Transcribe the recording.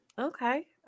Okay